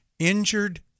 injured